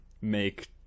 make